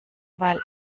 weil